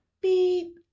Beep